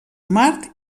mart